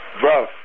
Bro